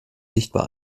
sichtbar